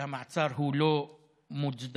שהמעצר לא מוצדק.